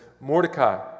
Mordecai